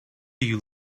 you